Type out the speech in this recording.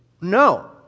no